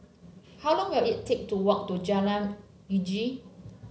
how long will it take to walk to Jalan Uji